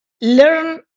learn